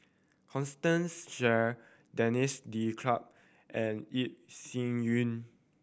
Constance Sheare Denis D'Cotta and Yeo Shih Yun